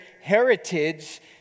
heritage